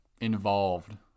involved